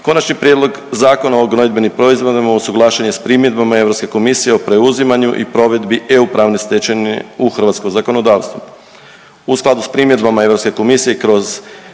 Konačni prijedlog Zakona o gnojidbenim proizvoda usuglašen je s primjedbom Europske komisije o preuzimanju i provedbi EU pravne stečevine u hrvatsko zakonodavstvo.